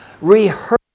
Rehearse